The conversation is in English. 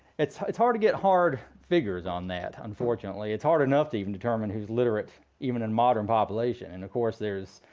it's it's hard to get hard figures on that, unfortunately. it's hard enough to even determine who's literate even in modern population. and, of course, there's,